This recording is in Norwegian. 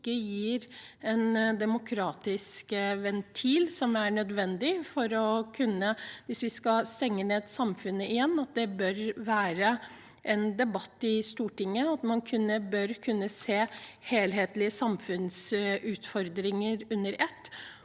ikke gir den demokratiske ventilen som er nødvendig. Hvis vi skal stenge ned samfunnet igjen, bør det være en debatt i Stortinget, og man bør kunne se på de helhetlige samfunnsutfordringene under ett.